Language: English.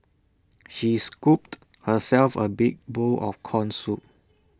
she scooped herself A big bowl of Corn Soup